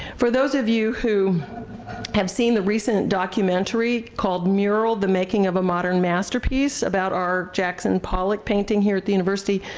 for those of you who have seen the recent documentary called mural the making of a modern masterpiece about our jackson pollack painting here at the university,